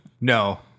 No